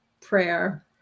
prayer